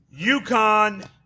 UConn